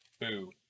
Boo